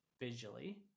visually